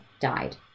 died